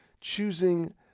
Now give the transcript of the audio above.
choosing